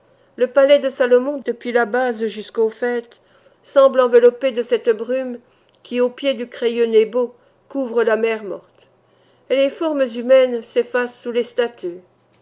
le palais de salomon depuis la base jusqu'au faîte semble enveloppé de cette brume qui au pied du crayeux nébo couvre la mer morte et les formes humaines s'effacent sous les statues